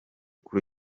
kuri